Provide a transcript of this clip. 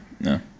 No